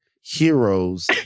heroes